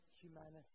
humanity